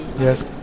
Yes